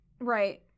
Right